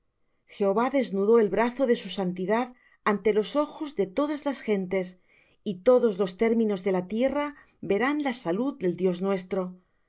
jehová desnudó el brazo de su santidad ante los ojos de todas las gentes y todos los términos de la tierra verán la salud del dios nuestro